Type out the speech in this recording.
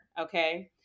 okay